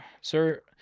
sir